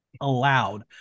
allowed